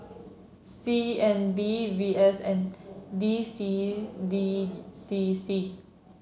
C N B V S N D C D C C